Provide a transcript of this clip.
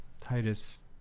Titus